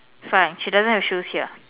fine she doesn't have shoes here